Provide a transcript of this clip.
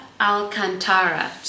Alcantara